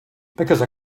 because